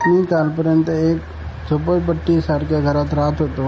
मी कालपर्यंत एक झोपडपट्टीसारख्या घरात राहात होतो